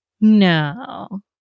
No